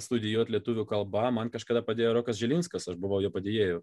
studijuoti lietuvių kalba man kažkada padėjo rokas žilinskas aš buvau jo padėjėju